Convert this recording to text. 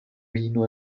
vino